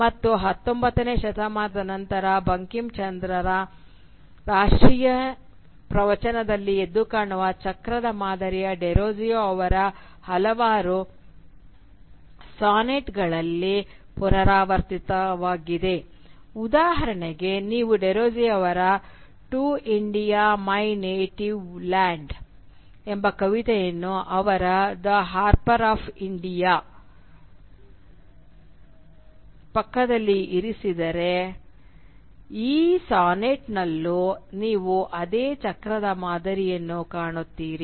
ಮತ್ತು 19 ನೇ ಶತಮಾನದ ನಂತರ ಬಂಕಿಂಚಂದ್ರರ ರಾಷ್ಟ್ರೀಯ ಪ್ರವಚನದಲ್ಲಿ ಎದ್ದುಕಾಣುವ ಚಕ್ರದ ಮಾದರಿಯು ಡೆರೊಜಿಯೊ ಅವರ ಹಲವಾರು ಸಾನೆಟ್ಗಳಲ್ಲಿ ಪುನರಾವರ್ತನೆಯಾಗಿದೆ ಉದಾಹರಣೆಗೆ ನೀವು ಡೆರೋಜಿಯೊ ಅವರ "to India my native land " ಎಂಬ ಕವಿತೆಯನ್ನು ಅವರ "ದಿ ಹಾರ್ಪ್ ಆಫ್ ಇಂಡಿಯಾ " ಪಕ್ಕದಲ್ಲಿ ಇರಿಸಿದರೆ ಆ ಸಾನೆಟ್ನಲ್ಲೂ ನೀವು ಅದೇ ಚಕ್ರದ ಮಾದರಿಯನ್ನು ಕಾಣುತ್ತೀರಿ